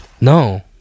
No